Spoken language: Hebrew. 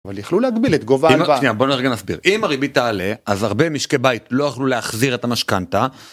אבל יכולו להגביל את גובה ההלוואה . -אם.. שנייה, בוא רגע נסביר. אם הריבית תעלה אז הרבה משקי בית לא יוכלו להחזיר את המשקנתה.